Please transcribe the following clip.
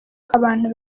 abantu